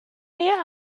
you